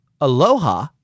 Aloha